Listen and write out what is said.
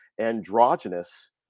androgynous